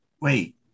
wait